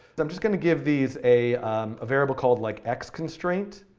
so i'm just going to give these a variable called like x constraint.